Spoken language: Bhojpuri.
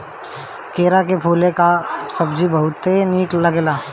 केरा के फूले कअ सब्जी बहुते निक बनेला